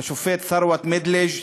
השופט תרואת מדלג'